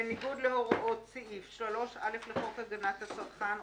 בניגוד להוראות סעיף 3(א) לחוק הגנת הצרכן,